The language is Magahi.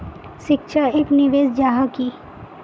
शिक्षा एक निवेश जाहा की?